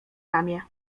ramię